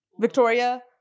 victoria